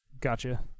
Gotcha